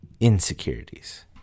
Insecurities